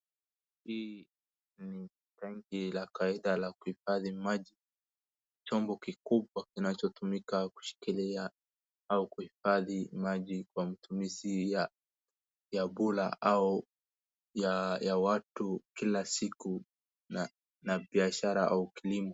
Hii ni tangi la kawaida la kuhifadhi maji. Chombo kikubwa kinachotumika kushiklia au kuhifadhi maji kwa matumizi ya bura au ya watu kila siku na biashara au kilimo.